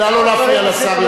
נא לא להפריע לשר,